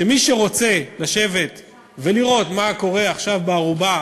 שמי שרוצה לשבת ולראות מה קורה עכשיו בארובה,